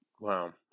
Wow